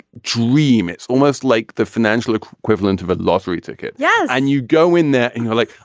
dream. it's almost like the financial equivalent of a lottery ticket. yeah. and you go in there and you're like,